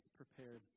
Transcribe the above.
prepared